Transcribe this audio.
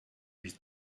huit